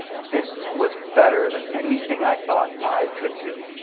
this was better than anything i thought i could do.